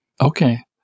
Okay